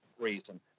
reason